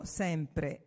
sempre